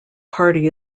party